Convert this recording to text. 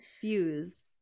Fuse